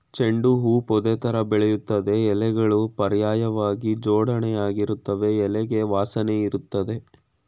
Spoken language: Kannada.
ಚೆಂಡು ಹೂ ಪೊದೆತರ ಬೆಳಿತದೆ ಎಲೆಗಳು ಪರ್ಯಾಯ್ವಾಗಿ ಜೋಡಣೆಯಾಗಿರ್ತವೆ ಎಲೆಗೆ ವಾಸನೆಯಿರ್ತದೆ